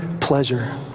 pleasure